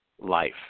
life